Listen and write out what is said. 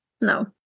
no